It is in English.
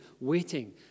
waiting